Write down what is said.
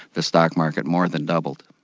the stock market more than doubled.